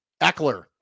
Eckler